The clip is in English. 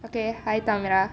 okay hi tamra